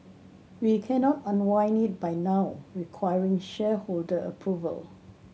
we cannot unwind it by now requiring shareholder approval